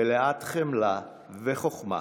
מלאת חמלה וחוכמה.